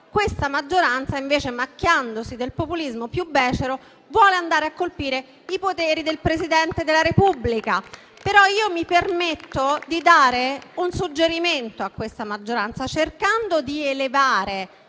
questa maggioranza, invece, macchiandosi del populismo più becero, vuole andare a colpire i poteri del Presidente della Repubblica. Mi permetto però di dare un suggerimento a questa maggioranza, cercando di elevare